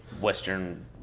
Western